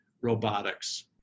robotics